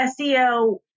SEO